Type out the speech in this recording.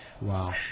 Wow